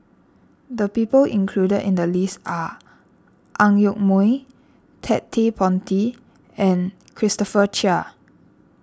the people included in the list are Ang Yoke Mooi Ted De Ponti and Christopher Chia